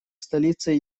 столицей